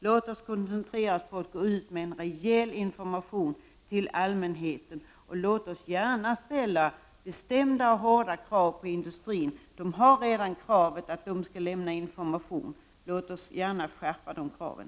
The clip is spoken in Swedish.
Låt oss koncentrera oss på att gå ut med en rejäl information till allmänheten och låt oss gärna ställa bestämda och hårda krav på industrin. De har redan krav på sig att lämna information. Låt oss gärna skärpa de kraven.